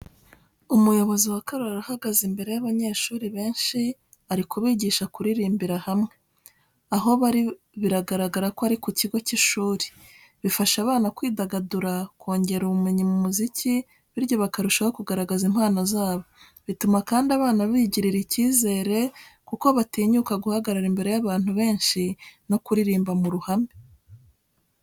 Umuyobozi wa korari uhagaze imbere y’abanyeshuri benshi, ari kubigisha kuririmbira hamwe. Aho bari bigaragara ko ari ku kigo cy'ishuri. Bifasha abana kwidagadura, kongera ubumenyi mu muziki bityo bakarushaho kugaragaza impano zabo. Bituma kandi abana bigirira icyizere kuko batinyuka guhagarara imbere y'abantu benshi no kuririmba mu ruhame.